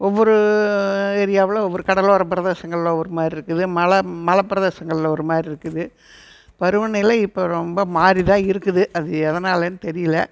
ஒவ்வொரு ஏரியாவில் ஒவ்வொரு கடலோரப்பிரதேசங்கள்ல ஒரு மாதிரி இருக்குது மலை மலைப்பிரதேசங்கள்ல ஒரு மாதிரி இருக்குது பருவநிலை இப்போ ரொம்ப மாதிரிதான் இருக்குது அது எதனாலன்னு தெரியிலை